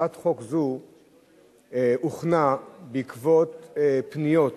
הצעת חוק זו הוכנה בעקבות פניות,